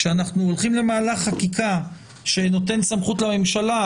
כשאנחנו הולכים למהלך חקיקה שנותן סמכות לממשלה,